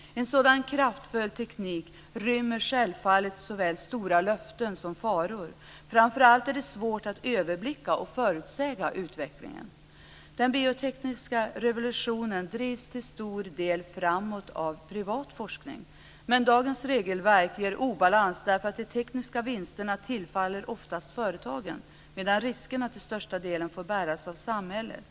En sådan kraftfull teknik rymmer självfallet såväl stora löften som faror. Framför allt är det svårt att överblicka och förutsäga utvecklingen. Den biotekniska revolutionen drivs till stor del framåt av privat forskning. Men dagens regelverk ger obalans därför att de tekniska vinsterna oftast tillfaller företagen, medan riskerna till största delen får bäras av samhället.